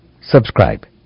subscribe